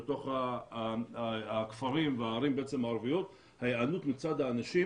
לתוך הכפרים והערים הערביות וההיענות מצד האנשים